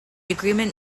agreement